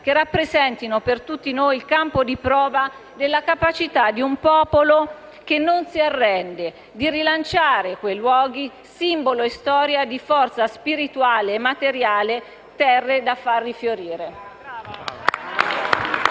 rappresentino per tutti noi il campo di prova della capacità di un popolo che non si arrende di rilanciare quei luoghi, simbolo e storia di forza spirituale e materiale, terre da far rifiorire.